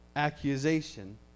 accusation